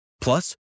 Plus